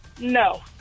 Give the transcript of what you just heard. No